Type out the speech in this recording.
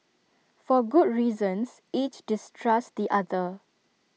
for good reasons each distrusts the other